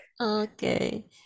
Okay